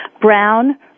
Brown